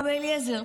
אבא אליעזר.